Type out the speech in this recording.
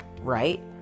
right